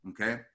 okay